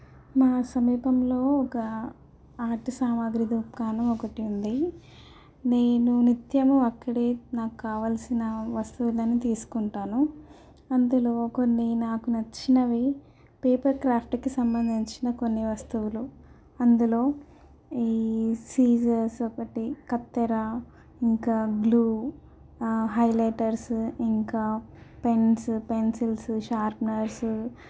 మా సమీపంలో ఒక ఆర్ట్ సామాగ్రి దుకాణం ఒకటి ఉంది నేను కావలసిన వస్తువులను తీసుకుంటాను అందులో కొన్ని నాకు నచ్చినవి పేపర్ క్రాఫ్ట్కి సంబంధించిన కొన్ని వస్తువులు అందులో ఈ సిజర్స్ ఒకటి కత్తెర ఇంకా గ్లూ హైలైటర్స్ ఇంకా పెన్స్ పెన్సిల్స్ షార్ప్నర్స్